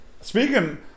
Speaking